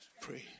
Pray